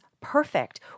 perfect